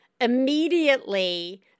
immediately